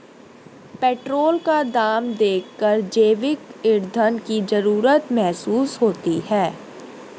petrol का दाम देखकर जैविक ईंधन की जरूरत महसूस होती है